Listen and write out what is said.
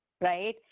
right